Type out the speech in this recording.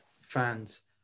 fans